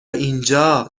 اینجا